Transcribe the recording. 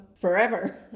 forever